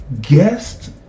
guest